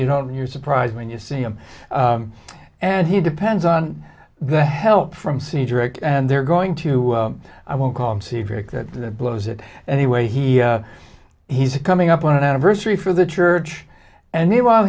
you don't you're surprised when you see him and he depends on the help from cedric and they're going to i won't call him cedric that blows it anyway he he's coming up on an anniversary for the church and meanwhile